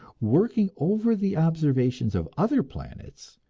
working over the observations of other planets,